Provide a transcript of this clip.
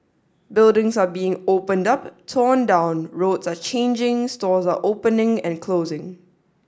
buildings are being opened up torn down roads are changing stores are opening and closing